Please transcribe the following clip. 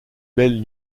belles